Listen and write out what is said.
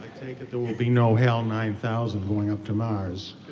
take it there will be no hell nine thousand going up to mars.